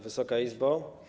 Wysoka Izbo!